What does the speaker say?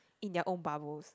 in their own bubbles